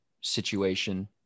situation